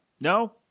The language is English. No